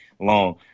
long